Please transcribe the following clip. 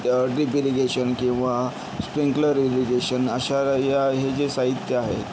drip irrigation किंवा sprinkler irrigation अशा या हे या हे जे साहित्य आहे